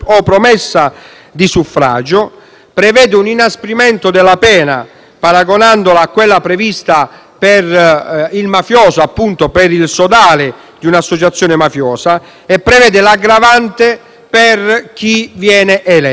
prevede un inasprimento della pena, paragonandola a quella prevista per il mafioso, per il sodale di un'associazione mafiosa e prevede l'aggravante per chi viene eletto. Riteniamo che questa norma